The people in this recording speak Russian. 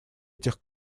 этих